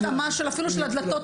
אפילו של הדלתות,